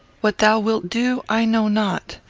what thou wilt do, i know not.